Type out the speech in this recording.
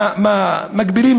מגבילים